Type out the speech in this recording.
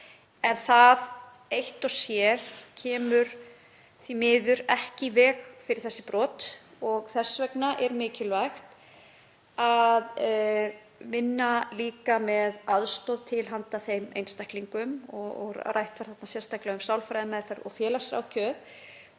En það eitt og sér kemur því miður ekki í veg fyrir þessi brot og þess vegna er mikilvægt að vinna líka með aðstoð til handa þeim einstaklingum. Rætt var sérstaklega um sálfræðimeðferð og félagsráðgjöf